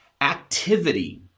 activity